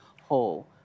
whole